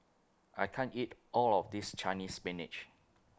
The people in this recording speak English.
I can't eat All of This Chinese Spinach